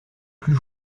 plus